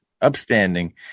upstanding